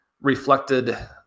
reflected